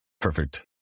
perfect